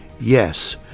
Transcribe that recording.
Yes